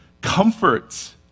comforts